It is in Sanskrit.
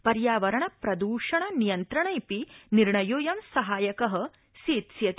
पर्यावरण प्रद्षण नियन्त्रणेऽपि निर्णयोऽयं सहायक सेत्स्यति